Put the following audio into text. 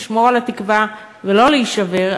לשמור על התקווה ולא להישבר,